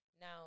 Now